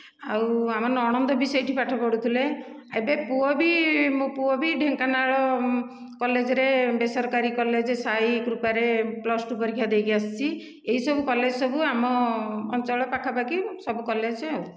ଆଉ ଆମ ନଣଦ ବି ସେହିଠି ପାଠ ପଢ଼ୁଥିଲେ ଏବେ ପୁଅ ବି ମୋ ପୁଅ ବି ଢେଙ୍କାନାଳ କଲେଜରେ ବେସରକାରୀ କଲେଜ ସାଇ କୃପାରେ ପ୍ଲସ ଟୁ ପରୀକ୍ଷା ଦେଇକି ଆସିଛି ଏସବୁ କଲେଜ ସବୁ ଆମ ଅଞ୍ଚଳ ପାଖାପାଖି ସବୁ କଲେଜ ଆଉ